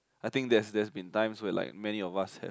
I think there's there's been time where like many of us have